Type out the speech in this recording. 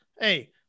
Hey